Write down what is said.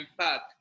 impact